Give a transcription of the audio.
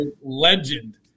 Legend